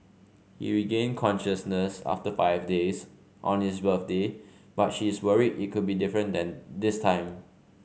he regained consciousness after five days on his birthday but she is worried it could be different then this time